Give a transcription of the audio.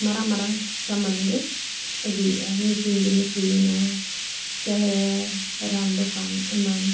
ᱢᱟᱨᱟᱝ ᱢᱟᱨᱟᱝ ᱥᱟᱢᱟᱱ ᱜᱮ ᱟᱹᱜᱩᱭᱮᱜᱼᱟ ᱢᱮᱥᱤᱱ ᱡᱤᱱᱤᱥ ᱦᱩᱭᱮᱱᱟ ᱪᱟᱦᱮ ᱨᱟᱱ ᱫᱚᱠᱟᱱ ᱮᱢᱟᱱ